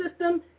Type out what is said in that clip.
system